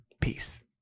peace